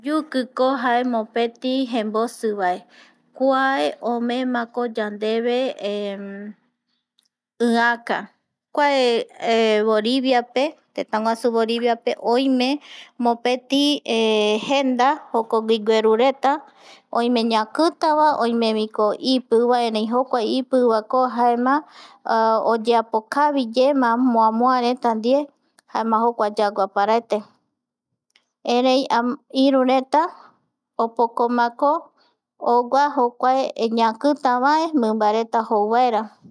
Yukiko jae mopeti jembosivae, kuae omeemako yandeve ïaka kuae voriviape, tetaguasu voriviape oime mopeti jenda jokogui guerureta oime ñakitavae oimeviko ipiuvae erei jokuae ipiu vaeko jaema oyepokavi yema moa, moa reta ndie jaema mokua yaguaparaete.. erei, irureta opokomako ogua jokuae ñakitavae mimbareta jou vaera